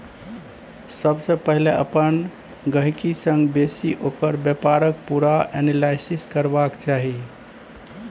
सबसँ पहिले अपन गहिंकी संग बैसि ओकर बेपारक पुरा एनालिसिस करबाक चाही